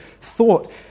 thought